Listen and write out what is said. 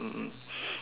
mm mm